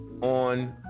on